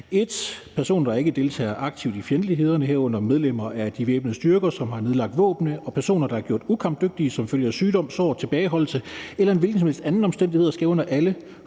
1) Personer, der ikke deltager aktivt i fjendtlighederne, herunder medlemmer af de væbnede styrker, som har nedlagt våbnene, og personer, der er gjort ukampdygtige som følge af sygdom, sår, tilbageholdelse eller en hvilken som helst anden omstændighed, skal under alle